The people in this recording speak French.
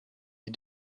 les